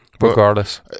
Regardless